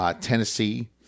Tennessee